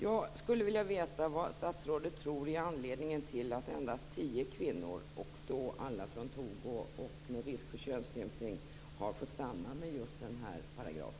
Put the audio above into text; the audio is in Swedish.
Jag skulle vilja veta vad statsrådet tror är anledningen till att endast tio kvinnor - alla är från Togo och löper risk för könsstympning - har fått stanna mot bakgrund av just denna paragraf.